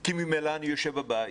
כי ממילא אני יושב בבית.